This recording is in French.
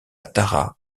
tara